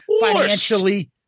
financially